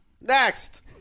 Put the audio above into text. Next